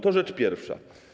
To rzecz pierwsza.